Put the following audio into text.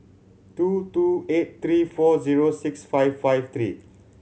two two eight three four zero six five five three